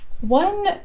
one